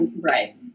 right